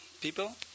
people